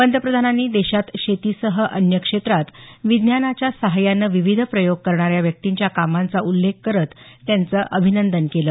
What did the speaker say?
पंतप्रधानांनी देशात शेतीसह अन्य क्षेत्रात विज्ञानाच्या सहाय्यानं विविध प्रयोग करणाऱ्या व्यक्तींच्या कामांचा उल्लेख करत त्यांचं अभिनंदन केलं